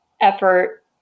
effort